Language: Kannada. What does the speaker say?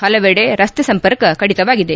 ಪಲವೆಡ ರಸ್ತೆ ಸಂಪರ್ಕ ಕಡಿತವಾಗಿದೆ